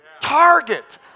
target